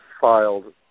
filed